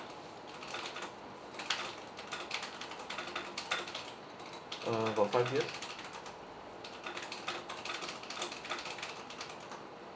uh for five years